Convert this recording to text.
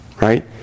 right